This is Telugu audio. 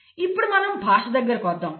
ఇప్పుడు మనం భాష దగ్గరకు వద్దాం